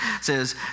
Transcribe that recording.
says